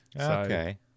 Okay